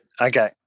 Okay